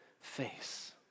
face